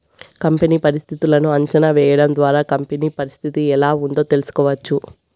company పరిస్థితులను అంచనా వేయడం ద్వారా కంపెనీ పరిస్థితి ఎలా ఉందో తెలుసుకోవచ్చు